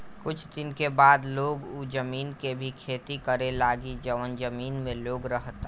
कुछ दिन के बाद लोग उ जमीन के भी खेती करे लागी जवन जमीन में लोग रहता